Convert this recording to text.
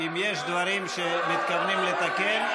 אם יש דברים שמתכוונים לתקן,